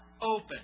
open